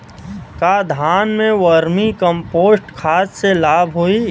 का धान में वर्मी कंपोस्ट खाद से लाभ होई?